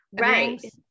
Right